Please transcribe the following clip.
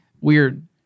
Weird